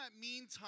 meantime